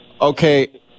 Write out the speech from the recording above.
Okay